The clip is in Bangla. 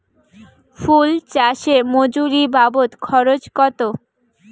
ফুল চাষে মজুরি বাবদ খরচ কত?